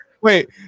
Wait